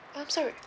um so you're